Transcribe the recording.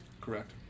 Correct